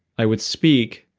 i would speak